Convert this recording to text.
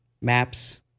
Maps